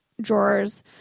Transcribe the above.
drawers